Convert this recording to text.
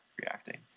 reacting